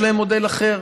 יש להם מודל אחר,